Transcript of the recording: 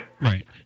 Right